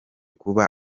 kuba